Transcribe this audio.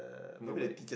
nobody